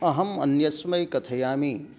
अहम् अन्यस्मै कथयामि